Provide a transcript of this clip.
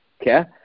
okay